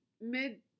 mid